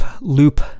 Loop